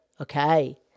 Okay